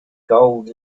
gold